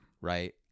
right